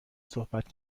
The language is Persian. صحبت